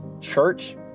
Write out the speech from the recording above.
church